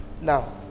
Now